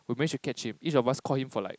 we may should catch him each of us call him for like